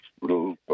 little